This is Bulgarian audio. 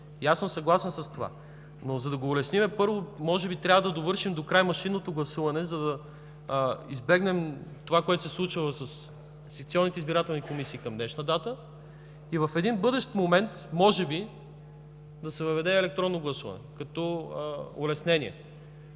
И аз съм съгласен с това, но за да го улесним, първо, може би трябва да довършим докрай машинното гласуване, за да избегнем това, което се случва със секционните избирателни комисии към днешна дата и в един бъдещ момент може би да се въведе електронно гласуване като улеснение,